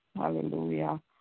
Hallelujah